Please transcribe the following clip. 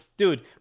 Dude